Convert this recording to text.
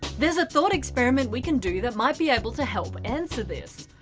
there's a thought experiment we can do that might be able to help answer this.